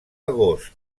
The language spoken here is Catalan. agost